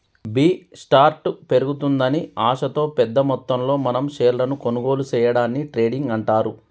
B స్టార్ట్ పెరుగుతుందని ఆశతో పెద్ద మొత్తంలో మనం షేర్లను కొనుగోలు సేయడాన్ని ట్రేడింగ్ అంటారు